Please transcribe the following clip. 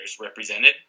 represented